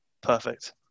Perfect